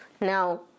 Now